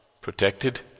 Protected